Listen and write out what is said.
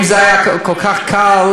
אם זה היה כל כך קל,